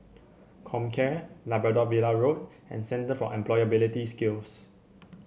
Comcare Labrador Villa Road and Centre for Employability Skills